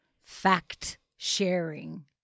fact-sharing